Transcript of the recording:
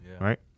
Right